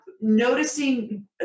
Noticing